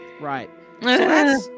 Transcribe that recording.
Right